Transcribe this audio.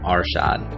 Arshad